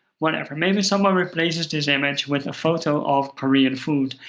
whatever. maybe someone replaces this image with a photo of korean food.